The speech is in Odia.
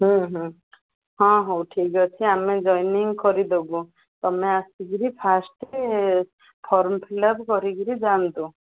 ହୁଁ ହୁଁ ହଁ ହଉ ଠିକ୍ ଅଛି ଆମେ ଜଏନିଂ କରି ଦେବୁ ତମେ ଆସିକରି ଫାର୍ଷ୍ଟ ଫର୍ମ ଫିଲ୍ଅପ୍ କରିକି ଯାଆନ୍ତୁ